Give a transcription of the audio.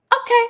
Okay